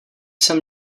jsem